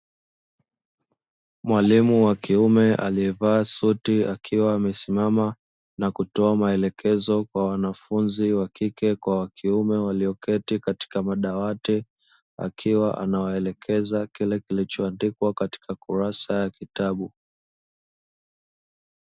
Mwalimu wa kiume aliyevaa suti, akiwa amesimama na kutoa maelekezo kwa wanafunzi (wa kike kwa wa kiume) walioketi katika madawati, akiwa anawaelekeza kile kilichoandikwa katika kurasa ya kitabu.